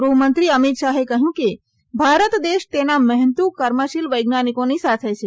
ગૃહમંત્રી અમિત શાહે કહ્યું કે ભારત દેશ તેના મહેનતુ કર્મશીલ વૈજ્ઞાનિકોની સાથે છે